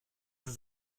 ist